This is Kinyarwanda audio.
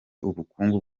ubukungu